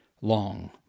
long